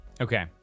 Okay